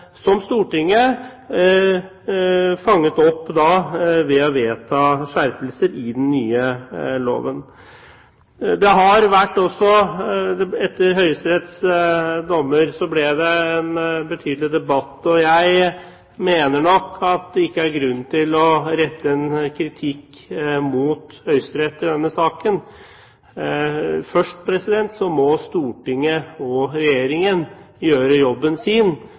som Stortinget fanget opp ved å vedta skjerpelser i den nye loven. Etter Høyesteretts dommer ble det en betydelig debatt, og jeg mener nok at det ikke er grunn til å rette kritikk mot Høyesterett i denne saken. Først må Stortinget og Regjeringen gjøre jobben sin